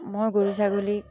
মই গৰু ছাগলী